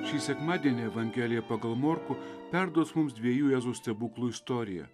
šį sekmadienį evangelija pagal morkų perduos mums dviejų jėzaus stebuklų istoriją